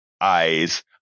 eyes